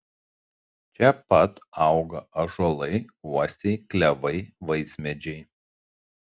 čia pat auga ąžuolai uosiai klevai vaismedžiai